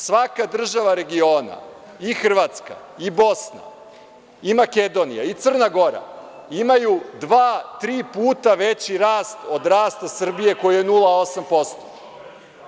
Svaka država regiona - i Hrvatska, i Bosna, i Makedonija, i Crna Gora imaju dva-tri puta veći rast od rasta Srbije koji je 0,8%